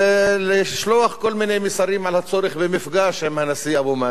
ולשלוח כל מיני מסרים על הצורך במפגש עם הנשיא אבו מאזן,